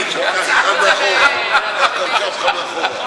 את מי ביזיתי, ליצמן?